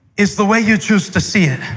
is the way you choose to see it.